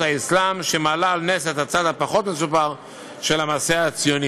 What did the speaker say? האסלאם ומעלה על נס את הצד הפחות-מסופר של המעשה הציוני.